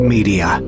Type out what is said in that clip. Media